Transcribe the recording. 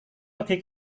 pergi